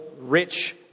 rich